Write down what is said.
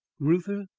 reuther?